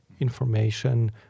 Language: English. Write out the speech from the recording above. information